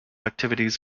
activities